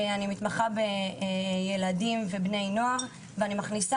אני מתמחה בילדים ובני נוער ואני מכניסה